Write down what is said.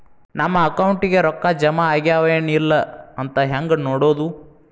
ನಮ್ಮ ಅಕೌಂಟಿಗೆ ರೊಕ್ಕ ಜಮಾ ಆಗ್ಯಾವ ಏನ್ ಇಲ್ಲ ಅಂತ ಹೆಂಗ್ ನೋಡೋದು?